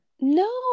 No